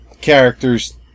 characters